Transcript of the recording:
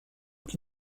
qui